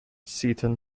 seaton